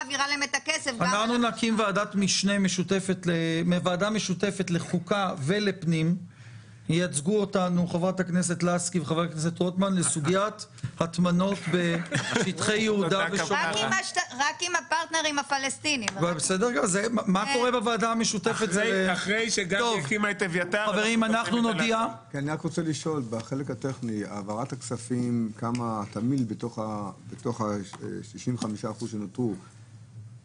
הישיבה ננעלה בשעה 11:20.